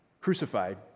Crucified